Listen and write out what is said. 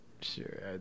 Sure